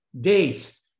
days